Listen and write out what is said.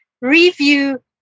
review